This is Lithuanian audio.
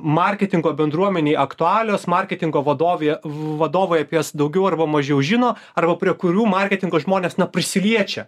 marketingo bendruomenei aktualios marketingo vadovė vadovui apie daugiau arba mažiau žino arba prie kurių marketingo žmonės na prisiliečia